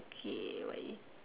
okay what is